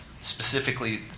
specifically